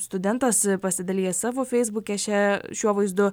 studentas pasidalijęs savo feisbuke šia šiuo vaizdu